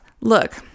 Look